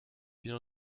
bien